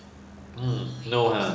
hmm no !huh!